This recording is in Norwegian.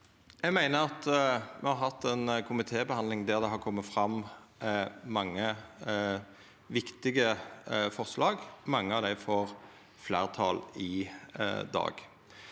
Eg meiner me har hatt ei komitébehandling der det har kome fram mange viktige forslag, og mange av dei får fleirtal i dag.